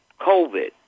COVID